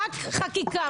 רק חקיקה,